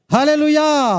Hallelujah